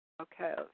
Okay